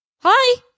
Hi